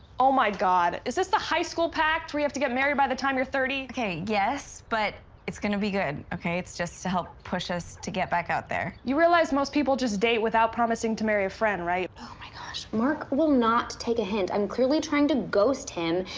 oh, my god. is this the high school pact where you have to get married by the time you're thirty? okay, yes, but. it's gonna be good. okay, it's just to help push us to get back out there. you realize most people just date without promising to marry a friend? oh, my gosh, mark will not take a hint. i'm clearly trying to ghost him,